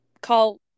call